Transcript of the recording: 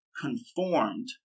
conformed